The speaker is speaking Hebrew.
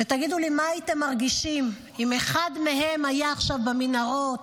ותגידו לי מה הייתם מרגישים עם אחד מהם היה עכשיו חטוף במנהרות.